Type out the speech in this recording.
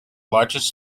largest